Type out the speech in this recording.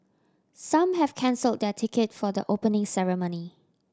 some have cancel their ticket for the Opening Ceremony